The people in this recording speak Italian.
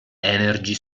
energie